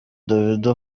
davido